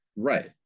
Right